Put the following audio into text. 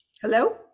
Hello